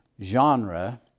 genre